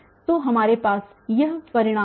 तो हमारे पास यह परिणाम है